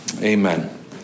amen